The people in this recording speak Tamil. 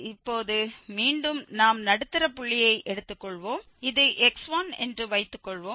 இப்போது மீண்டும் நாம் நடுத்தர புள்ளியை எடுத்துக்கொள்வோம் இது x1 என்று வைத்துக்கொள்வோம்